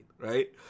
Right